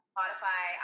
Spotify